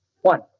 One